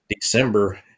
December